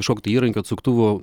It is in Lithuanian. kažkokiu tai įrankiu atsuktuvu